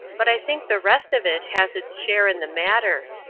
but i think the rest of it has its share in the matter.